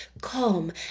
calm